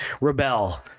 rebel